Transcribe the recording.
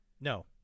No